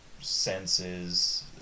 senses